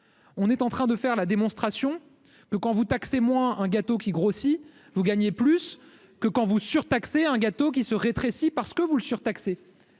on est en train de faire la démonstration que quand vous taxez moins un gâteau qui grossit, vous gagnez plus que quand vous surtaxés un gâteau qui se rétrécit parce que vous le surtaxer